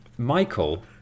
Michael